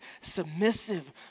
submissive